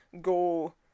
go